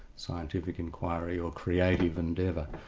scientific inquiry or creative endeavour.